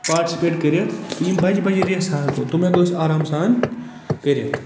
participate کٔرِتھ یِم بَجہٕ بَجہٕ ریسہٕ ہاکَو تِم ہٮ۪کَو أسۍ آرام سان کٔرِتھ